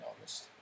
August